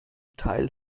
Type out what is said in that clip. teil